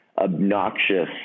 obnoxious